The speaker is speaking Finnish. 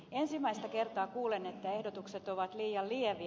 ensimmäistä kertaa kuulen että ehdotukset ovat liian lieviä